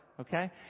Okay